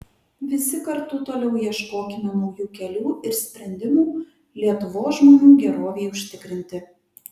visi kartu toliau ieškokime naujų kelių ir sprendimų lietuvos žmonių gerovei užtikrinti